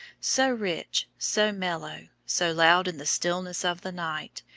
so rich, so mellow, so loud in the stillness of the night,